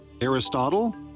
Aristotle